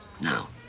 Now